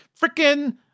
Freaking